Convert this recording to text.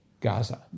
Gaza